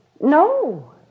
No